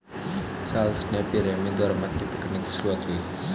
Charles Napier Hemi द्वारा मछली पकड़ने की शुरुआत हुई